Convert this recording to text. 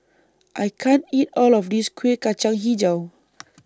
I can't eat All of This Kueh Kacang Hijau